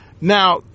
Now